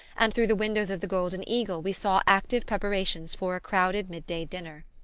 and through the windows of the golden eagle we saw active preparations for a crowded mid-day dinner.